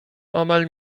omal